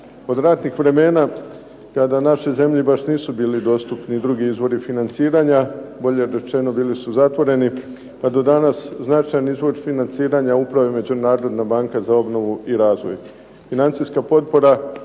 Od ratnih vremena kada našoj zemlji baš nisu bili dostupni drugi izvori financiranja, bolje rečeno bili su zatvoreni pa do danas značajan izvor financiranja upravo je Međunarodna banka za obnovu i razvoj.